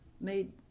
made